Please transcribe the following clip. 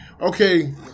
Okay